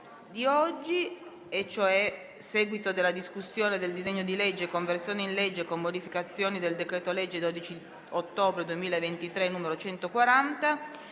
Grazie